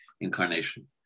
incarnation